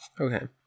Okay